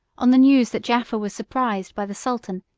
on the news that jaffa was surprised by the sultan,